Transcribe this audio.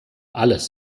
alles